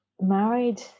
married